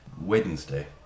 Wednesday